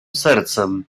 sercem